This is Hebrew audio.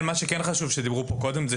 מה שכן חשוב ודיברו עליו קודם זה